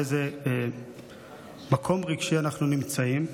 ובאיזה מקום רגשי אנחנו נמצאים.